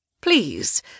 Please